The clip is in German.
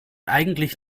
eigentlich